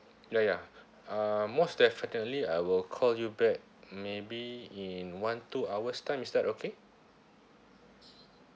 ya ya uh most definitely I will call you back maybe in one two hours time is that okay